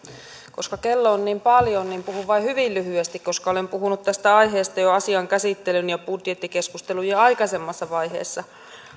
koska kello on niin paljon puhun vain hyvin lyhyesti koska olen puhunut tästä aiheesta jo asian käsittelyn ja budjettikeskustelun aikaisemmassa vaiheessa